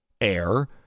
air